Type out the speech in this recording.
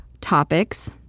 topics